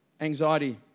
anxiety